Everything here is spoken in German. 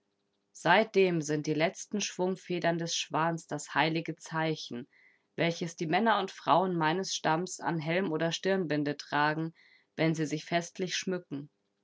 seitdem sind die letzten schwungfedern des schwans das heilige zeichen welches die männer und frauen meines stammes an helm oder stirnbinde tragen wenn sie sich festlich schmücken